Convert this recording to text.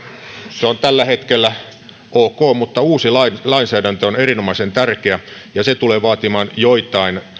se on tällä hetkellä ok mutta uusi lainsäädäntö on erinomaisen tärkeä ja se tulee vaatimaan joitain